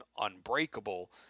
Unbreakable